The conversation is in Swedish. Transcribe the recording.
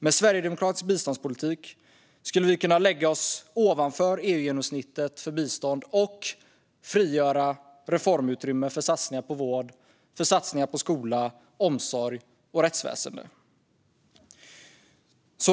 Med sverigedemokratisk biståndspolitik skulle vi kunna lägga oss ovanför EU-genomsnittet för bistånd och frigöra reformutrymme för satsningar på vård, skola, omsorg och rättsväsen.